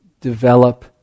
develop